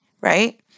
right